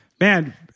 Man